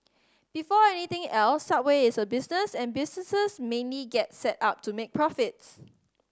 before anything else Subway is a business and businesses mainly get set up to make profits